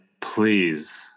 please